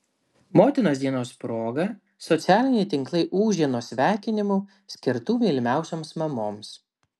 motinos dienos proga socialiniai tinklai ūžė nuo sveikinimų skirtų mylimiausioms mamoms